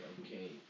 okay